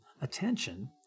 attention